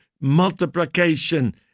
multiplication